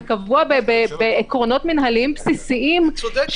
זה קבוע בעקרונות מינהליים בסיסיים -- היא צודקת,